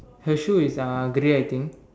her shoe is uh grey I think